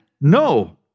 No